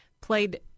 played